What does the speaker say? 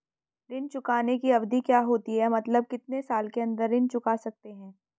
ऋण चुकाने की अवधि क्या होती है मतलब कितने साल के अंदर ऋण चुका सकते हैं?